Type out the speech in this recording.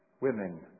women